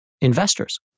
Investors